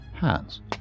hands